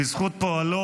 בזכות פועלו,